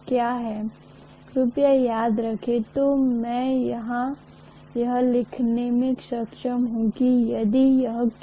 अगर मैं कहता हूं कि यह कोर फेरोमैग्नेटिक मैटेरियल से बना है तो इसकी पारगम्यता काफी अधिक होने के कारण चुंबकीय क्षेत्र रेखा मैंने